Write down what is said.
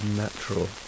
natural